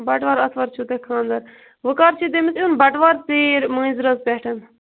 بَٹہٕ وار آتھوار چھُو تۄہہِ خانٛدَر وۅنۍ کَر چھُ تٔمِس یُن بَٹہٕ وار ژیٖرۍ مٲنٛز رٲژ پٮ۪ٹھ